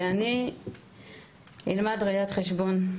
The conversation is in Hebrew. שאני אלמד ראיית חשבון.